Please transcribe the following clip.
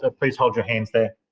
ah please hold your hands there.